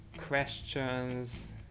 questions